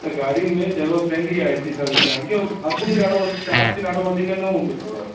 त गाॾियुनि में ज़रूरत पवंदी आहे एसी सर्विस करण जी और अघ बि ॾाढो व चार्ज बि ॾाढो वधीक न हूंदो अथव